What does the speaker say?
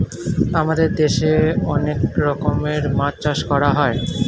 আমাদের দেশে অনেক রকমের মাছ চাষ করা হয়